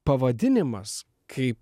pavadinimas kaip